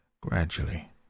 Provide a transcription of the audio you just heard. gradually